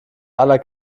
aller